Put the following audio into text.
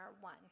one